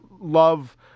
love